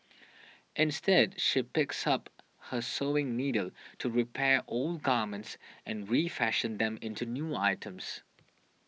instead she picks up her sewing needle to repair old garments and refashion them into new items